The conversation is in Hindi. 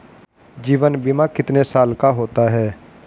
जीवन बीमा कितने साल का होता है?